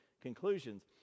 conclusions